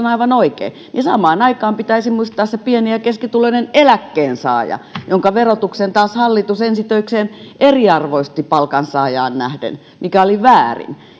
on aivan oikein samaan aikaan pitäisi muistaa se pieni ja keskituloinen eläkkeensaaja jonka verotuksen taas hallitus ensi töikseen eriarvoisti palkansaajaan nähden mikä oli väärin